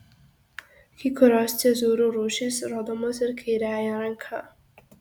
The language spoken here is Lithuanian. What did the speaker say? kai kurios cezūrų rūšys rodomos ir kairiąja ranka